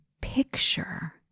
picture